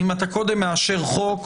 אם אתה קודם מאשר חוק,